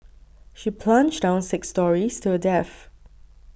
she plunged down six storeys to her death